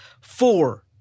four